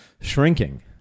shrinking